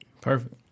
Perfect